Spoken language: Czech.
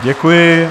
Děkuji.